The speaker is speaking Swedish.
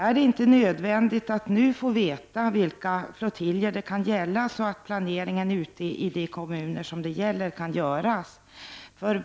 Är det inte nödvändigt att nu få veta vilka flottiljer det kan gälla, så att planeringen ute i de kommuner som berörs kan göras?